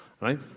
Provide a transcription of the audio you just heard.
Right